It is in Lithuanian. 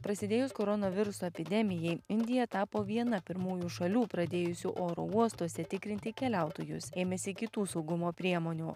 prasidėjus koronaviruso epidemijai indija tapo viena pirmųjų šalių pradėjusių oro uostuose tikrinti keliautojus ėmėsi kitų saugumo priemonių